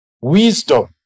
wisdom